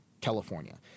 California